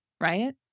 Right